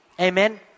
Amen